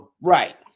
Right